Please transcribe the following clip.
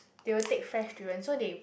they will take fresh durians so they